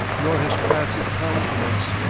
nor his placid countenance,